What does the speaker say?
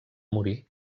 morí